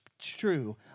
true